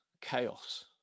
chaos